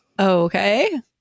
Okay